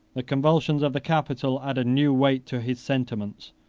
the convulsions of the capital added new weight to his sentiments,